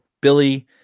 Billy